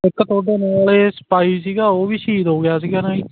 ਇੱਕ ਤੁਹਾਡੇ ਨਾਲੇ ਸਿਪਾਹੀ ਸੀਗਾ ਉਹ ਵੀ ਸ਼ਹੀਦ ਹੋ ਗਿਆ ਸੀਗਾ ਨਾ ਜੀ